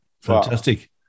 Fantastic